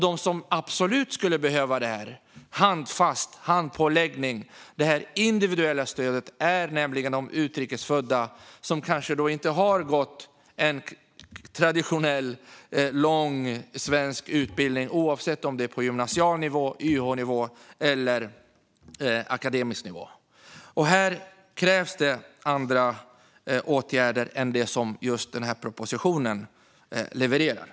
De som absolut skulle behöva handfast handpåläggning och individuellt stöd är nämligen de utrikes födda, som kanske inte har gått en traditionell lång, svensk utbildning, vare sig på gymnasial nivå, YH-nivå eller akademisk nivå. Här krävs andra åtgärder än dem som propositionen levererar.